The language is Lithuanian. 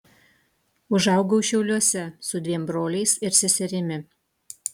užaugau šiauliuose su dviem broliais ir seserimi